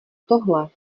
tohle